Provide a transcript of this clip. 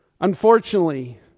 Unfortunately